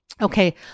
Okay